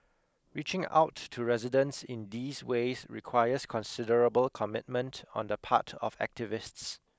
reaching out to residents in these ways requires considerable commitment on the part of activists